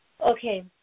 okay